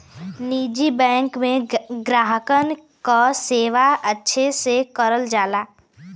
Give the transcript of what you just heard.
निजी बैंक में ग्राहकन क सेवा अच्छे से करल जाला